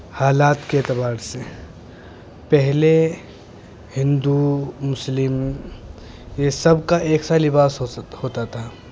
حالات کے اعتبار سے پہلے ہندو مسلم یہ سب کا ایک سا لباس ہو ہوتا تھا